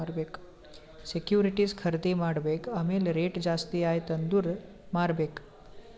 securities ಖರ್ದಿ ಮಾಡ್ಬೇಕ್ ಆಮ್ಯಾಲ್ ರೇಟ್ ಜಾಸ್ತಿ ಆಯ್ತ ಅಂದುರ್ ಮಾರ್ಬೆಕ್